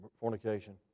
fornication